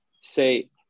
say